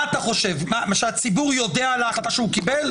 מה אתה חושב, שהציבור יודע על ההחלטה שהוא קיבל?